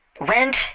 went